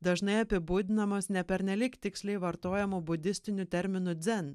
dažnai apibūdinamas nepernelyg tiksliai vartojama budistiniu terminu dzin